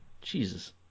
Jesus